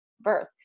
birth